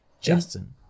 Justin